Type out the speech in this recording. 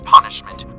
Punishment